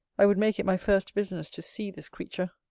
i would make it my first business to see this creature.